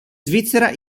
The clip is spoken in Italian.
svizzera